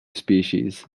species